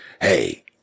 Hey